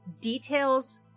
details